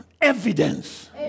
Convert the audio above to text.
evidence